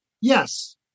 Yes